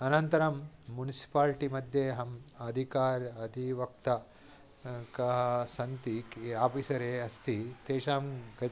अनन्तरं मुन्सिपाल्टिमध्ये अहं अधिकारः अधिवक्ता के सन्ति के आफ़िसरः अस्ति तेषां गच्